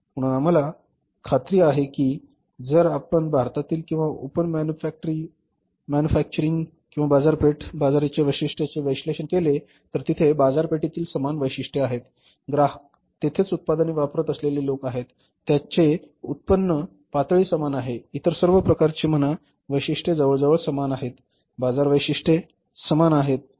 म्हणून आम्हाला खात्री आहे की जर आपण भारतातील किंवा अमेरिकन बाजारपेठेतील बाजाराच्या वैशिष्ट्यांचे विश्लेषण केले तर तेथे बाजारपेठेतील समान वैशिष्ट्ये आहेत ग्राहक तेथेच उत्पादने वापरत असलेले लोक आहेत त्यांचे उत्पन्न पातळी समान आहे इतर सर्व प्रकारचे म्हणा वैशिष्ट्ये जवळजवळ समान आहेत बाजार वैशिष्ट्ये किंवा वैशिष्ट्ये समान आहेत